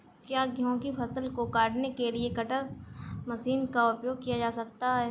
क्या गेहूँ की फसल को काटने के लिए कटर मशीन का उपयोग किया जा सकता है?